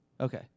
okay